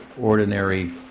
ordinary